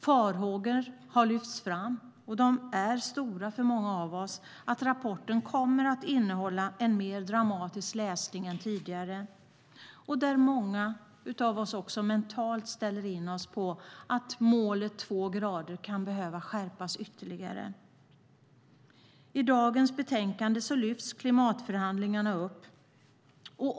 Det hyses farhågor, stora sådana hos många av oss, om att rapporten kommer att vara en mer dramatisk läsning än tidigare, och många av oss ställer in sig mentalt på att målet 2 grader kan behöva skärpas ytterligare. I detta betänkande lyfts klimatförhandlingarna upp.